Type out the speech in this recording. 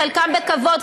חלקם בכבוד,